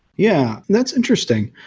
yeah. that's interesting.